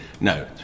no